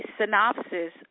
synopsis